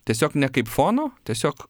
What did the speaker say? tiesiog ne kaip fono tiesiog